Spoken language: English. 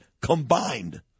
combined